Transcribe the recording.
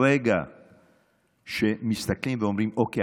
ברגע שמסתכלים ואומרים: אוקיי,